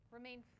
Remain